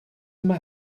mae